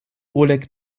oleg